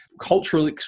Cultural